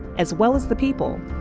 as well as the people.